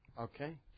Okay